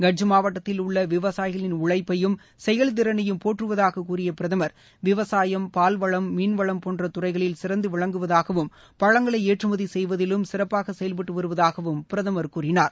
கட்ச் மாவட்டத்தில் உள்ள விவசாயிகளின் உழைப்பயும் செயல்திறனையும் போற்றுவதாக கூறிய பிரதமர் விவசாயம் பால்வளம் மீன்வளம் போன்ற துறைகளில் சிறந்து விளங்குவதாகவும் பழங்களை ஏற்றுமதி செய்வதிலும் சிறப்பாக செயல்பட்டு வருவதாகவும் பிரதமர் கூறினார்